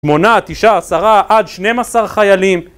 שמונה, תשעה, עשרה עד שנים עשר חיילים